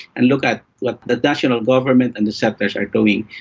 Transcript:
and look at what the national government and the settlers are doing,